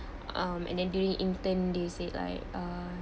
um and then during intern they said like uh